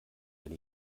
wenn